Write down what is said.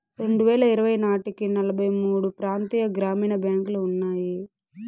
రెండువేల ఇరవై నాటికి నలభై మూడు ప్రాంతీయ గ్రామీణ బ్యాంకులు ఉన్నాయి